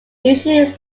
initially